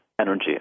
energy